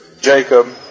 Jacob